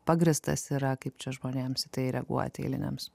pagrįstas yra kaip čia žmonėms į tai reaguoti eiliniams